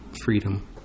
freedom